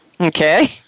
Okay